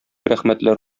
рәхмәтләр